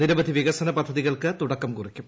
നിരവധി വികസന പദ്ധതികൾക്ക് തുടക്കം കുറിക്കും